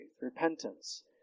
Repentance